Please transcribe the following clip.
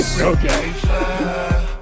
okay